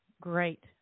great